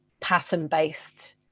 pattern-based